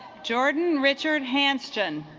jordan richard hampton